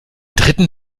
dritten